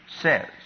says